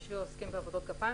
רישוי עוסקים בעבודות גפ"מ,